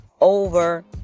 over